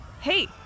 Hey